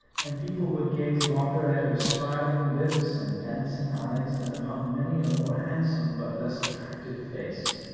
and people would gaze longer at her smiling-lips and dancing eyes than upon many a more handsome but less attractive face.